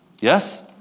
Yes